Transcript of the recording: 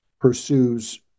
pursues